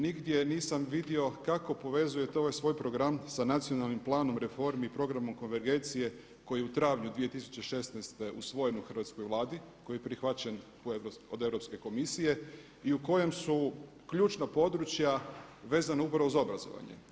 Nigdje nisam vidio kako povezujete ovaj svoj program sa nacionalnim planom reformi i programom konvergencije koji je u travnju 2016. usvojen u hrvatskoj Vladi, koji je prihvaćen od Europske komisije i u kojem su ključna područja vezana upravo za obrazovanje.